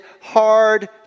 hard